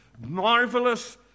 marvelous